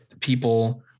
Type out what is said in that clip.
people